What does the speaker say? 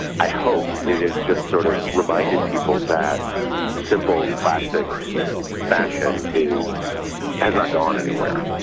i hope it is just sort of reminding people that simple classic fashion is has not gone anywhere.